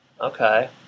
Okay